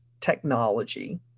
technology